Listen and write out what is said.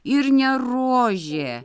ir ne rožė